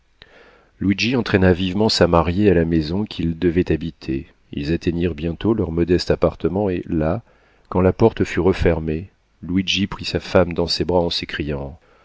luigi entraîna vivement sa mariée à la maison qu'ils devaient habiter ils atteignirent bientôt leur modeste appartement et là quand la porte fut refermée luigi prit sa femme dans ses bras en